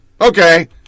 Okay